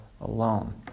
alone